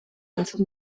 entzun